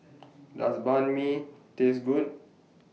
Does Banh MI Taste Good